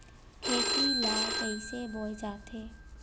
खेती ला कइसे बोय जाथे?